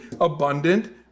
abundant